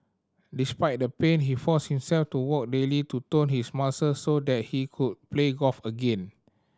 despite the pain he forced himself to walk daily to tone his muscles so that he could play golf again